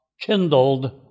kindled